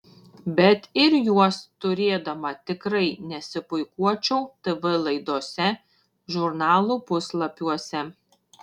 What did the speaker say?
bet ir juos turėdama tikrai nesipuikuočiau tv laidose žurnalų puslapiuose